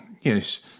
Yes